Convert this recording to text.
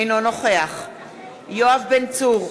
אינו נוכח יואב בן צור,